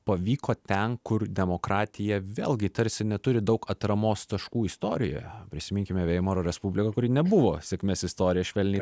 pavyko ten kur demokratija vėlgi tarsi neturi daug atramos taškų istorijoje prisiminkime veimaro respubliką kuri nebuvo sėkmės istorija švelniai